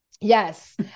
yes